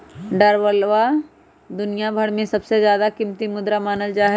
डालरवा दुनिया भर में सबसे ज्यादा कीमती मुद्रा मानल जाहई